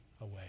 away